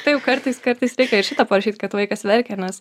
taip kartais kartais reikia ir šį tą parašyt kad vaikas verkia nes